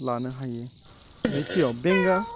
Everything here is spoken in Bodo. लानो हायो नैथियाव बेंगा